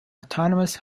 autonomous